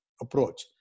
approach